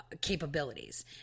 capabilities